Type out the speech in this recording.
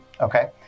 Okay